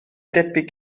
debyg